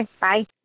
bye